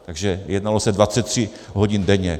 Takže jednalo se 23 hodin denně.